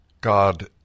God